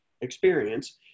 experience